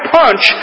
punch